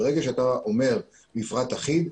ברגע שאתה אומר מפרט אחיד,